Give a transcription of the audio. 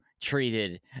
treated